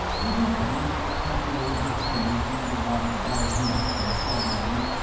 isn't that worth the temporary discarnation of a lot of ward-heelers and plug-uglies,